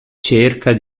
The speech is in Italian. cerca